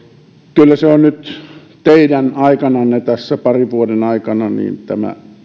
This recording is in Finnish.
kyllä nyt teidän aikananne tässä parin vuoden aikana